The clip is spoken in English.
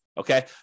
Okay